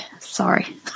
Sorry